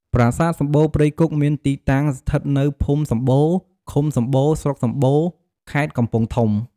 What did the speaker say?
ប្រាសាទសម្បូរព្រៃគុកមានទីតាំងស្ថិតនៅភូមិសម្បូរ ឃុំសម្បូរ ស្រុកសម្បូរ ខេត្តកំពង់ធំ។